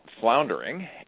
floundering